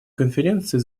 конференции